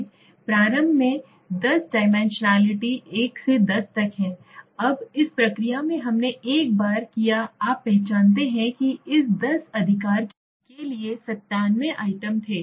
प्रारंभ में 10 डाइमेंशनलिटी 1 2 3 4 5 6 7 8 9 10 हैं अब इस प्रक्रिया में हमने एक बार किया आप पहचानते हैं कि इस 10 अधिकार के लिए 97 आइटम थे